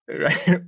Right